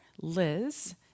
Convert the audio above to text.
Liz